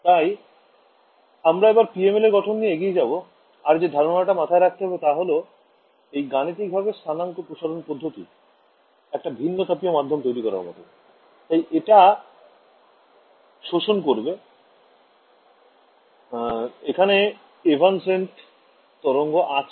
তাই আমরা এবার PML এর গঠন নিয়ে এগিয়ে যাবো আর যে ধারনা টা মাথায় রাখতে হবে তা হল এই গাণিতিকভাবে স্থানাঙ্ক প্রসারণ পদ্ধতি একটা ভিন্ন তাপীয় মাধ্যম তৈরি করার মতো তাই এটা শোষণ করবে এখানে এভান্সেন্ত তরঙ্গ আছে